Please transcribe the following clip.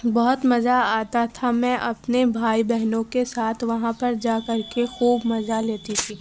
بہت مزہ آتا تھا میں اپنے بھائی بہنوں کے ساتھ وہاں پر جا کر کے خوب مزہ لیتی تھی